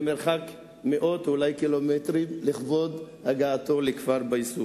למרחק של אולי מאות מטרים ואולי קילומטרים